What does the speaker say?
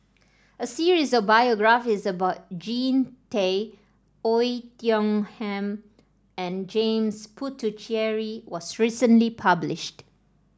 a series of biographies about Jean Tay Oei Tiong Ham and James Puthucheary was recently published